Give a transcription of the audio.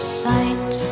sight